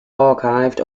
archived